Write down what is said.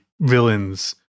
villains